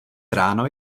ráno